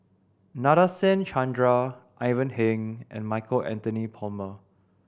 Nadasen Chandra Ivan Heng and Michael Anthony Palmer